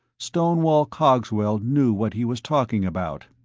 stonewall cogswell knew what he was talking about.